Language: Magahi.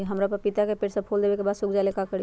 हमरा पतिता के पेड़ सब फुल देबे के बाद सुख जाले का करी?